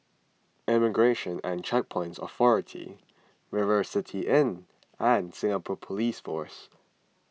Immigration and Checkpoints Authority River City Inn and Singapore Police Force